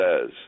says